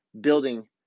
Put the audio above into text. building